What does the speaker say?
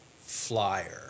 Flyer